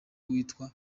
witwa